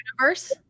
universe